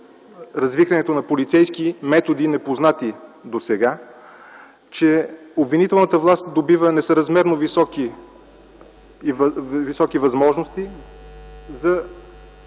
развихрянето на полицейски методи непознати досега, че обвинителната власт добива несъразмерно високи възможности за